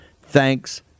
Thanks